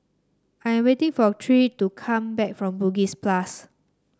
I am waiting for Tyrik to come back from Bugis Plus